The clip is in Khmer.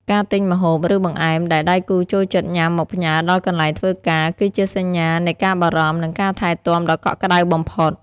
ការទិញម្ហូប ឬបង្អែមដែលដៃគូចូលចិត្តញ៉ាំមកផ្ញើដល់កន្លែងធ្វើការ គឺជាសញ្ញានៃការបារម្ភ និងការថែទាំដ៏កក់ក្ដៅបំផុត។